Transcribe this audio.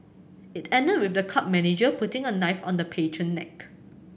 it ended with the club manager putting a knife on the patron neck